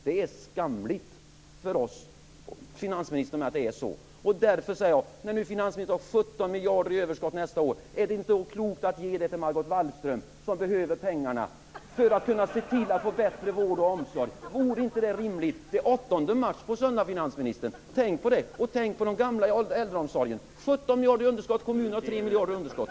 Det är skamligt för oss att det är så, finansministern! När nu finansministern har 17 miljarder i överskott nästa år, undrar jag om det inte vore klokt att ge dem till Margot Wallström, som behöver pengarna, för att kunna se till att få bättre vård och omsorg? Vore inte det rimligt? Det är den 8 mars på söndag, finansministern! Tänk på det! Och tänk på de gamla i äldreomsorgen! Staten har 17 miljarder i överskott, och kommunerna har 3 miljarder i underskott!